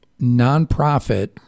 Nonprofit